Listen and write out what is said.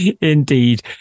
Indeed